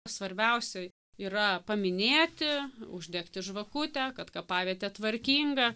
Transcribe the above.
svarbiausia yra paminėti uždegti žvakutę kad kapavietė tvarkinga